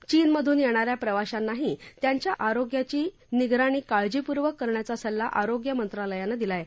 चीनमधून येणा या प्रवाशांनाही त्यांच्या आरोग्याची निगराणी काळजीपूर्वक करण्याचा सल्ला आरोग्य मंत्रालयानं दिला आहे